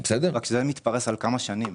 רק שזה מתפרס על כמה שנים,